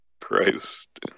Christ